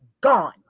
gone